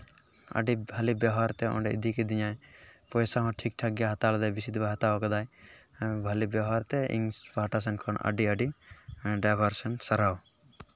ᱟᱹᱰᱤ ᱵᱷᱟᱹᱞᱤ ᱵᱮᱣᱦᱟᱨ ᱛᱮ ᱚᱸᱰᱮ ᱤᱫᱤ ᱠᱤᱫᱤᱧᱟᱭ ᱯᱚᱭᱥᱟ ᱦᱚᱸ ᱴᱷᱤᱠ ᱴᱷᱟᱠ ᱜᱮ ᱦᱟᱛᱟᱣ ᱠᱮᱫᱟᱭ ᱵᱮᱥᱤ ᱫᱚ ᱵᱟᱭ ᱦᱟᱛᱟᱣ ᱠᱟᱫᱟᱭ ᱵᱷᱟᱹᱞᱤ ᱵᱮᱣᱦᱟᱨ ᱛᱟᱭ ᱤᱧ ᱯᱟᱦᱴᱟ ᱥᱮᱱ ᱠᱷᱚᱱ ᱟᱹᱰᱤ ᱟᱹᱰᱤ ᱰᱟᱭᱵᱷᱟᱨ ᱥᱮᱱ ᱥᱟᱨᱦᱟᱣ